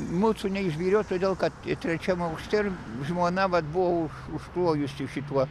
mūsų neišbyrėjo todėl kad trečiam aukšte ir žmona vat buvo užklojusi šituo